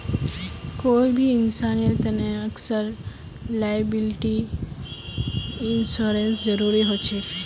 कोई भी इंसानेर तने अक्सर लॉयबिलटी इंश्योरेंसेर जरूरी ह छेक